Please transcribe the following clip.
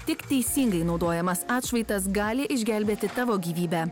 tik teisingai naudojamas atšvaitas gali išgelbėti tavo gyvybę